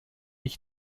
ich